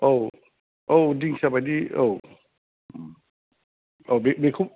औ दिंखिया बायदि औ बे बेखौ